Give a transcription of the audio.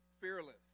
Fearless